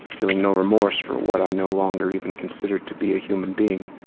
feeling no remorse for what i no longer even considered to be a human being.